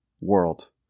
world